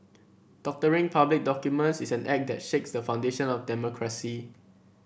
doctoring public documents is an act that shakes the foundation of democracy